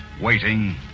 waiting